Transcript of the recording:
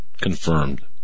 confirmed